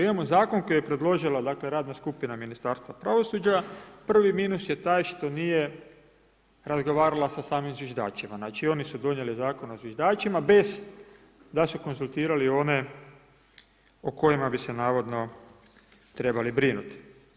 Imamo zakon koji je predložila radna skupina Ministarstva pravosuđa, prvi minus je taj što nije razgovarala sa samim zviždačima, znači oni su donijeli zakon o zviždačima bez da su konzultirali one o kojima bi se naravno trebali brinuti.